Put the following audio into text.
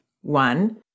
one